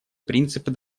принципы